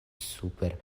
super